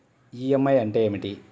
EMI అంటే ఏమిటి?